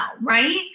right